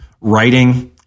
Writing